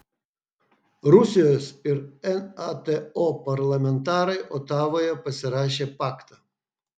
rusijos ir nato parlamentarai otavoje pasirašė paktą